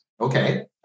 Okay